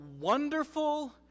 wonderful